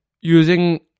using